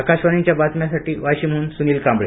आकाशवाणीच्या बातम्यासाठी वाशीमहन सुनील कांबळे